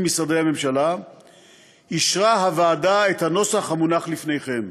משרדי הממשלה אישרה הוועדה את הנוסח המונח לפניכם.